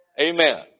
Amen